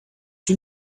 you